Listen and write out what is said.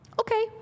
okay